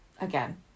Again